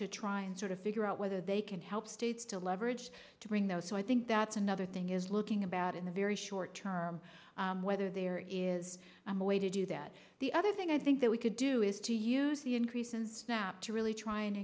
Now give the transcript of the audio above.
to try and sort of figure out whether they can help states to leverage to bring those so i think that's another thing is looking about in a very short term whether there is a way to do that the other thing i think that we could do is to use the increase in snap to really trying to